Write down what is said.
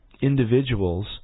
individuals